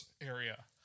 area